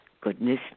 Goodness